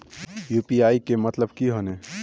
UPI के मतलब की होने?